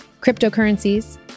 cryptocurrencies